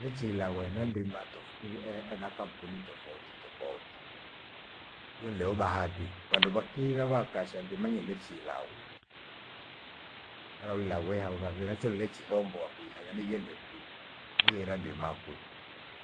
nichila we na ndima tofu ena kampuni tofauti tofauti. Mi nileho bahati vandu vakiira vakasha ndima nyile chiilawa. Mara wilaghea usafiri nacho lechithomboa kwiha yani ighende kwi niira ndima kwi.